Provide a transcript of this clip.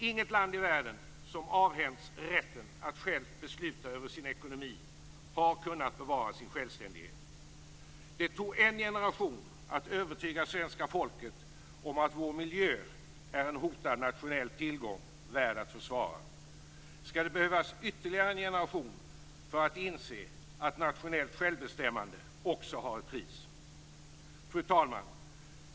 Inget land i världen som avhänts rätten att självt besluta över sin ekonomi har kunnat bevara sin självständighet. Det tog en generation att övertyga svenska folket om att vår miljö är en hotad nationell tillgång värd att försvara. Skall det behövas ytterligare en generation för att inse att nationellt självbestämmande också har ett pris? Fru talman!